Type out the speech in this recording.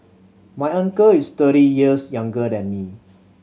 my uncle is thirty years younger than me